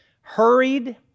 hurried